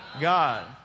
God